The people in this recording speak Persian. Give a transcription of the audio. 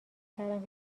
کردم